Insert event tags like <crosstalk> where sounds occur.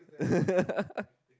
<laughs>